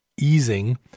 easing